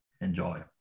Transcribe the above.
Enjoy